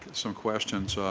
some questions.